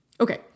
Okay